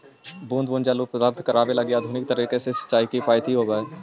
बूंद बूंद जल उपलब्ध करावे लगी आधुनिक तरीका से सिंचाई किफायती होवऽ हइ